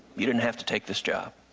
you didn't have to take this job.